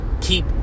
keep